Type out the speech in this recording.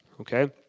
okay